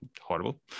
horrible